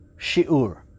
Shi'ur